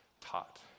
Taught